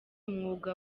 umwuga